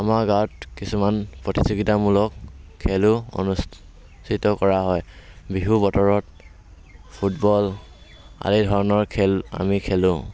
আমাৰ গাঁৱত কিছুমান প্ৰতিযোগিতামূলক খেলো অনুষ্ঠিত কৰা হয় বিহুৰ বতৰত ফুটবল আদি ধৰণৰ খেল আমি খেলো